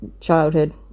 childhood